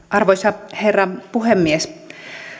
arvoisa herra puhemies